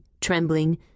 trembling